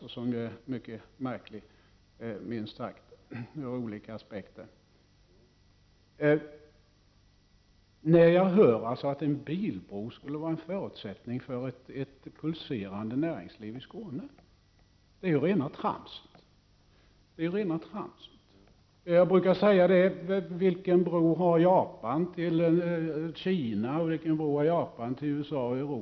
Det är ur olika aspekter minst sagt märkligt. Jag får höra att en bilbro skulle vara en förutsättning för ett fungerande näringsliv i Skåne. Det är ju rena tramset! Jag brukar säga: Vilken bro har Japan till Kina? Eller vilken bro har Japan till USA eller Europa?